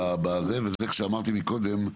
כשהזכרתי קודם את